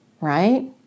right